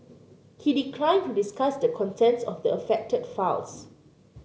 he declined to discuss the contents of the affected files